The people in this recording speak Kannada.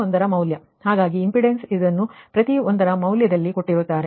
ಹಾಗಾಗಿ ಇಂಪಿಡೆನ್ಸ್ ಇದನ್ನು ಪ್ರತಿ ಒಂದರ ಮೌಲ್ಯದಲ್ಲಿ ಕೊಟ್ಟಿರುತ್ತಾರೆ